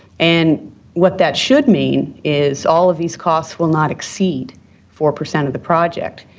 and what that should mean is all of these costs will not exceed four percent of the project,